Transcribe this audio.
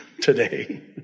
today